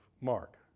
Mark